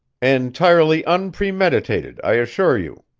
entirely unpremeditated, i assure you.